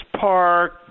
Park